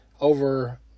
over